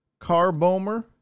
carbomer